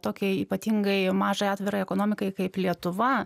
tokiai ypatingai mažai atvirai ekonomikai kaip lietuva